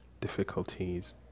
difficulties